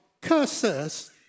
curses